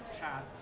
path